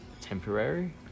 temporary